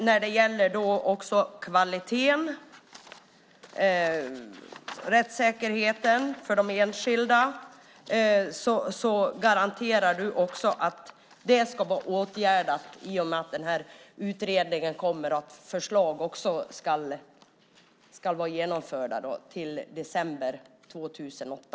När det gäller kvaliteten och rättssäkerheten för de enskilda garanterar du också att det ska vara åtgärdat i och med att den här utredningen kommer. Förslag ska också vara genomförda till december 2008.